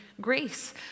grace